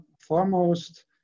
foremost